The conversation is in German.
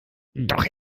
doch